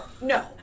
no